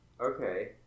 Okay